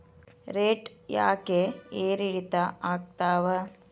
Rate ಯಾಕೆ ಏರಿಳಿತ ಆಗ್ತಾವ?